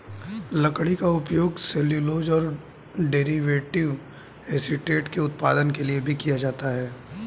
लकड़ी का उपयोग सेल्यूलोज और डेरिवेटिव एसीटेट के उत्पादन के लिए भी किया जाता है